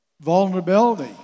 vulnerability